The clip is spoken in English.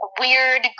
weird